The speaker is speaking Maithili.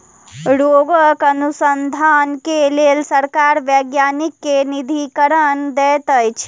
रोगक अनुसन्धान के लेल सरकार वैज्ञानिक के निधिकरण दैत अछि